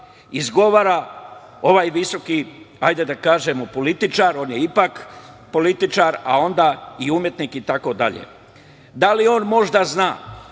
izgovara ovaj visoki, hajde da kažemo, političar, on je ipak političar, a onda i umetnik itd? Da li on možda zna